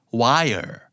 wire